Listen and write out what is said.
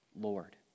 Lord